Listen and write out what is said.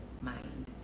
mind